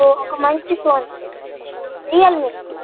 ఒక మంచి phone Realme